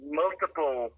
multiple